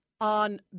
on